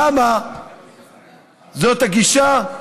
למה זאת הגישה?